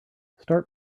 start